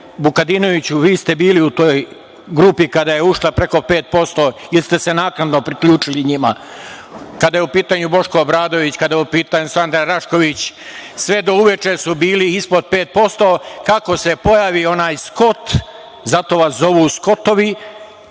Vukadinoviću vi ste bili u toj grupi kada je ušla preko 5%, ili ste se naknadno priključili njima, kada je u pitanju Boško Obradović, kada je u pitanju Sanda Rašković, sve do uveče su bili ispod 5%, kako se pojavi onaj Skot, zato vas zovu Skotovi,